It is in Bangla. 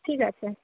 ঠিক আছে